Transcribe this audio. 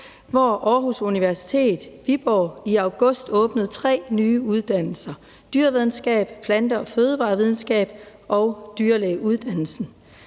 hvor Aarhus Universitet Viborg i august åbnede tre nye uddannelser, nemlig dyrevidenskab-, plante- og fødevarevidenskab- og dyrelægeuddannelsen,